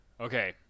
okay